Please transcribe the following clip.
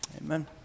amen